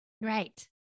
right